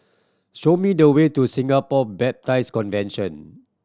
show me the way to Singapore Baptist Convention